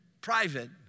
private